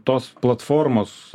tos platformos